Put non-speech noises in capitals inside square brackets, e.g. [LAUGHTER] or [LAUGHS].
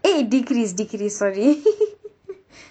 eh decrease decrease sorry [LAUGHS]